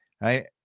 Right